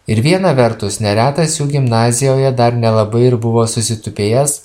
ir viena vertus neretas jų gimnazijoje dar nelabai ir buvo susitupėjęs